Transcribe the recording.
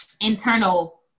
internal